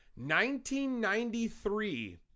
1993